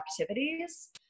activities